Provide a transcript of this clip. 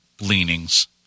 leanings